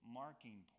marking